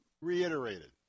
reiterated